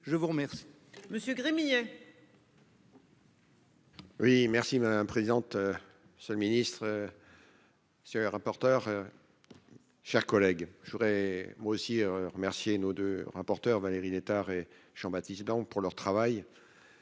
Je vous remercie.